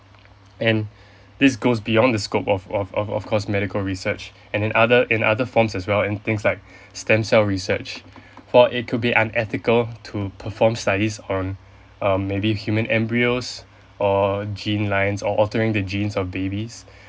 and this goes beyond the scope of of of of cosmetical research and in other in other forms as well in things like stem cell research for it could be unethical to perform studies on um maybe human embryos or gene line or altering the genes of babies